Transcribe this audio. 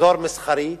אזור מסחרי,